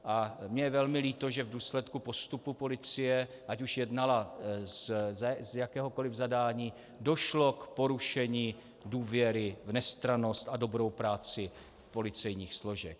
Mně je velmi líto, že v důsledku postupu policie, ať už jednala z jakéhokoli zadání, došlo k porušení důvěry v nestrannost a dobrou práci policejních složek.